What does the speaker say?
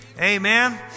amen